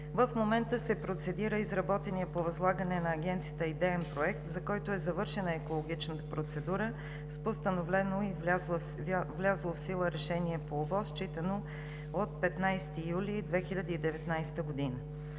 В момента се процедира изработеният по възлагане на Агенцията идеен проект, за който е завършена екологичната процедура с постановено и влязло в сила решение по ОВОС, считано от 15 юли 2019 г.